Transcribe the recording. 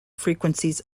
frequencies